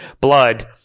blood